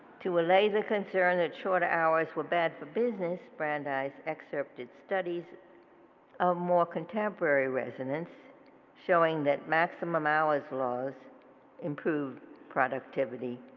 to allay the concerns that shorter hours were bad for business, brandeis excerpted studies of more contemporary resonance showing that maximum hours laws improved productivity.